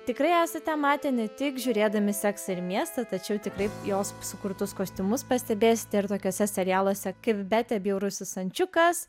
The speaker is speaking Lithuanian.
tikrai esate matę ne tik žiūrėdami seksą ir miestą tačiau tikrai jos sukurtus kostiumus pastebėsite ir tokiuose serialuose kaip bjaurusis ančiukas